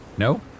No